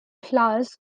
flowers